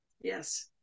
yes